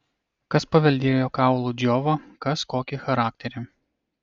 kas paveldėjo kaulų džiovą kas kokį charakterį